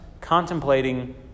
contemplating